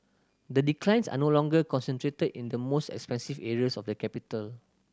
the declines are no longer concentrated in the most expensive areas of the capital